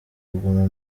kuguma